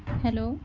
hello